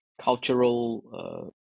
cultural